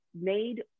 made